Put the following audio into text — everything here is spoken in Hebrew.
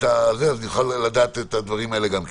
אז נוכל לדעת את הדברים האלה גם כן.